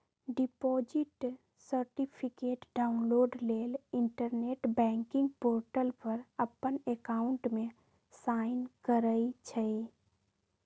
deposit certificate download लेल internet banking portal पर अप्पन अकाउंट में साइन करइ छइ